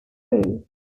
crew